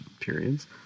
periods